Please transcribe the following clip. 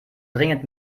dringend